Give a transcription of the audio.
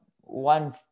one